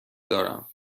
دارم